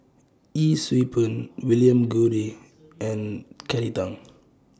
Yee Siew Pun William Goode and Kelly Tang